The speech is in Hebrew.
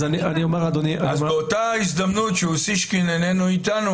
אז באותה הזדמנות שאוסישקין איננו איתנו,